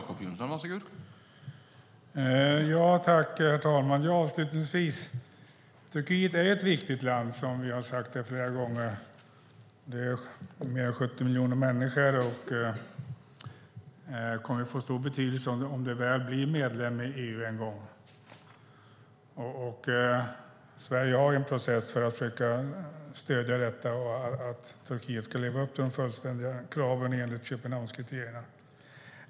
Herr talman! Avslutningsvis: Turkiet är ett viktigt land, som vi har sagt här flera gånger, med mer än 70 miljoner människor. Det kommer att få stor betydelse om det väl blir medlem i EU en gång. Sverige har en process för att försöka stödja detta och att Turkiet ska leva upp till de fullständiga kraven enligt Köpenhamnskriterierna.